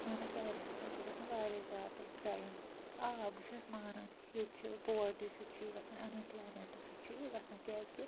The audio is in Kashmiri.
سٲنِس ایریا ہس منٛز چھُ گَژھان وارِیاہ زیادٕ کرٛایِم تہٕ آ بہٕ چھیٚس مانان کہِ ییٚتہِ چھِ پووَرٹی سۭتۍ چھُ یہِ گَژھان اَن ایٚپٕلایمیٚنٛٹہٕ سۭتۍ چھُ یہِ گَژھان کیٛازِکہِ